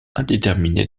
indéterminé